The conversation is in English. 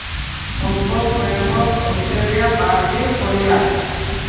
Hong Kong Bangkok Australia virgin Korean